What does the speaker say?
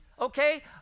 okay